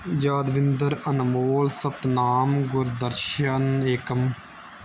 Yadvinder Anmol Satnam Gurdarshan Ekam